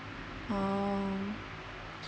oh